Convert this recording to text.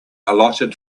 allotted